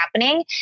happening